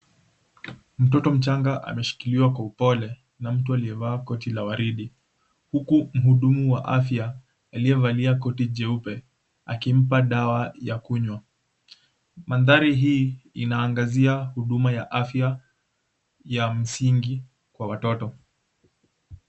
Mtoto mchanga ameshikiliwa kwa upole na mtu aliyevaa koti la waridi huku mhudumu wa afya aliyevalia koti jeupe akimpa dawa ya kunywa. Mandhari hii inaangazia huduma ya afya ya msingi kwa watoto.